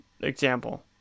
example